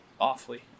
awfully